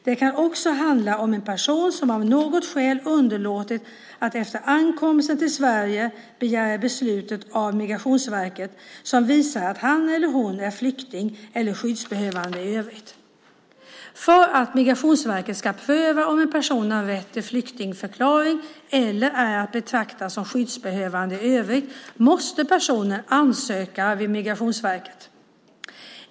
Det kan också handla om en person som av något skäl underlåtit att efter ankomsten till Sverige begära beslut av Migrationsverket som visar att han eller hon är flykting eller skyddsbehövande i övrigt. För att Migrationsverket ska pröva om en person har rätt till flyktingförklaring eller är att betrakta som skyddsbehövande i övrigt måste personen ansöka vid Migrationsverket.